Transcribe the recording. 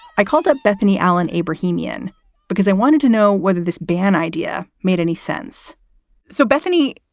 i called up bethanie alan abrahamson because i wanted to know whether this bad idea made any sense so, bethany,